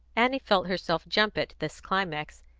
annie felt herself jump at this climax,